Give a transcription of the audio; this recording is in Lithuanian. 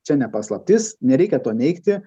čia ne paslaptis nereikia to neigti